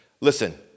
Listen